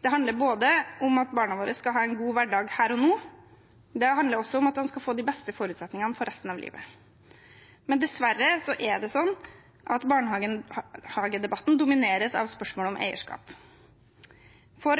Det handler både om at barna våre skal ha en god hverdag her og nå, og det handler om at de skal få de beste forutsetningene for resten av livet. Men dessverre domineres barnehagedebatten av spørsmålet om eierskap. For